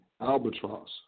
albatross